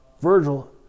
Virgil